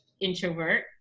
introvert